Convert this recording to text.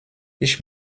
ich